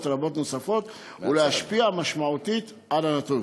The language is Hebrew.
רבות נוספות ולהשפיע משמעותית על הנתון.